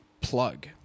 plug